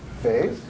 phase